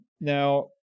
Now